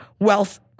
wealth